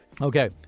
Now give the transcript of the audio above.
Okay